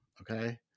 okay